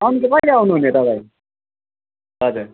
आउनु चाहिँ कहिले आउनु हुने तपाईँ हजुर